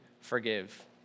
forgive